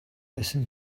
listen